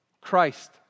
Christ